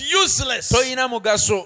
useless